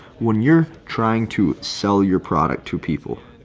when you're trying to sell your product to people,